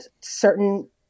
certain